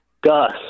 Gus